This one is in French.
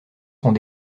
sont